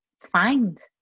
find